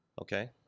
Okay